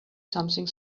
something